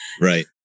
Right